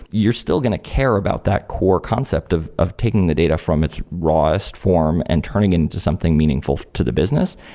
you're still going to care about that core concept of of taking the data from its rawest form and turning it into something meaningful to the business.